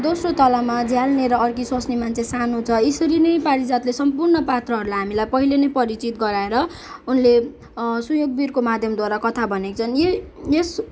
दोस्रो तलामा झ्यालनिर अर्की स्वास्नी मान्छे सानो छ यसरी नै पारिजातले सम्पूर्ण पात्रहरूलाई हामीलाई पहिले नै परिचित गराएर उनले सुयोगवीरको माध्यमद्वारा कथा भनेका छन् यो यस